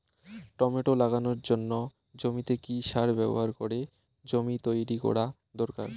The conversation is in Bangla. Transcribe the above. টমেটো লাগানোর জন্য জমিতে কি সার ব্যবহার করে জমি তৈরি করা দরকার?